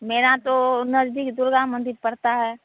मेरा तो नज़दीक दुर्गा मन्दिर पड़ता है